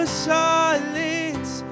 silence